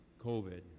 COVID